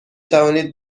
توانید